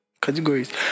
Categories